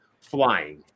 flying